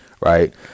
right